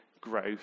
growth